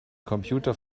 computer